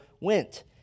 went